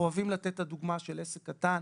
אנחנו אוהבים לתת את הדוגמה של עסק קטן.